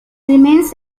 remains